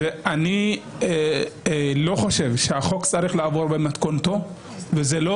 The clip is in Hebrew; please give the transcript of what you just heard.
אני לא חושב שהחוק צריך לעבור במתכונתו וזה לא